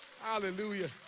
Hallelujah